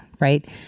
right